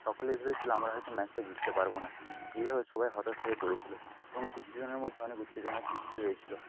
সকলেই ভেবেছিলো আমরা হয়তো ম্যাচটা জিততে পারবো না এইভাবে সবাই হতাশ হয়ে পড়েছিলো এবং কিছুজনের মধ্যে উত্তেজনার সৃষ্টি হয়েছিলো